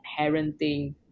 parenting